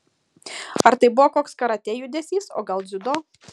ar tai buvo koks karatė judesys o gal dziudo